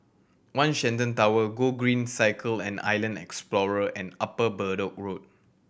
One Shenton Tower Gogreen Cycle and Island Explorer and Upper Bedok Road